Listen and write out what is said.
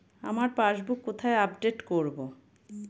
আমার পাসবুক কোথায় আপডেট করব?